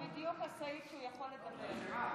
זה בדיוק הסעיף שהוא יכול לדבר,